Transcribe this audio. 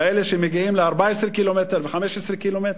כאלה שמגיעים ל-14 קילומטר ו-15 קילומטר.